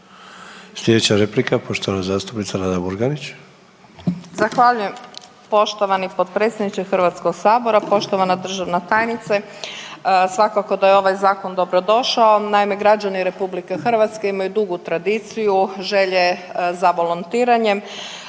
Sljedeća replika poštovana zastupnica Nada Murganić